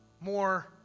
more